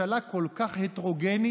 אז ככבוד למישהי שאומרת שהיא חברתית,